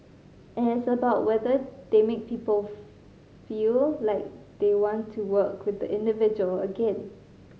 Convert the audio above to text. and it is about whether they make people feel like they want to work with the individual again